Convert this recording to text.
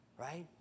right